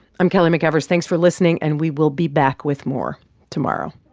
i'm kelly mcevers. thanks for listening, and we will be back with more tomorrow